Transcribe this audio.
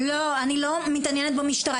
אני לא מתעניינת במשטרה.